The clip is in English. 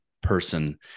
person